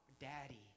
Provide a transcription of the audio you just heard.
Daddy